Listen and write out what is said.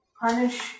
Punish